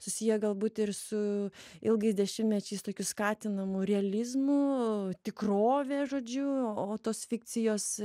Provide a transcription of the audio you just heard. susiję galbūt ir su ilgais dešimtmečiais tokiu skatinamu realizmu tikrovė žodžiu o tos fikcijos